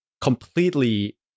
completely